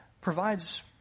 provides